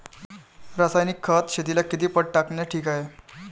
रासायनिक खत शेतीले किती पट टाकनं ठीक हाये?